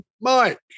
Mike